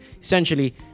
essentially